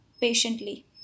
patiently